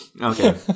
okay